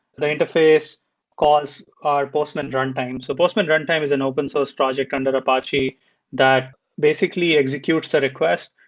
the interface calls our postman runtime. so postman runtime is an open source project under apache that basically executes the request.